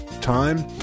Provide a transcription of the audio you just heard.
time